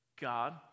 God